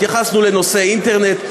התייחסנו לנושא האינטרנט,